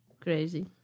crazy